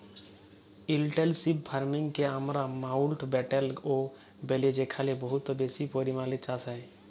intensive farming কে আমরা মাউল্টব্যাটেল ও ব্যলি যেখালে বহুত বেশি পরিমালে চাষ হ্যয়